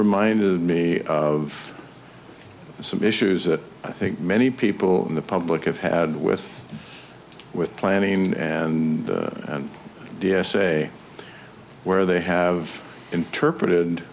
reminded me of some issues that i think many people in the public have had with with planning and and d s a where they have interpreted